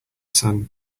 son